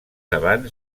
abans